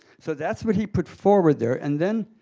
so that's what he put forward there, and then